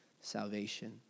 salvation